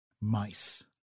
mice